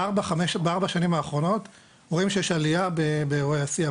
בארבע שנים האחרונות אנחנו רואים שיש עלייה באירועי השיא.